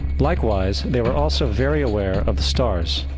likewise, they were also very aware of the stars.